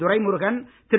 Duraimurugan Thiru